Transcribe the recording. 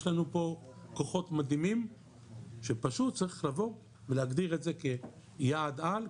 יש לנו פה כוחות מדהימים שפשוט צריך לבוא ולהגדיר את זה כיעד על,